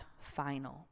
final